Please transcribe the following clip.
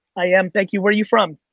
i am, thank you, where are you from?